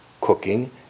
cooking